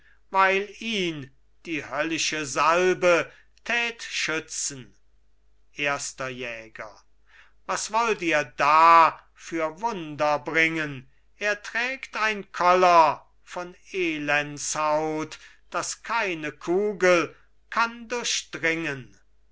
weil ihn die höllische salbe tät schützen erster jäger was wollt ihr da für wunder bringen er trägt ein koller von elendshaut das keine kugel kann